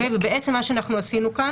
בעצם מה שאנחנו עשינו כאן,